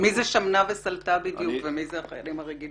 מי זה "שמנה וסלתה" בדיוק ומי זה החיילים הרגילים?